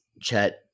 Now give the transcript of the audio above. Chet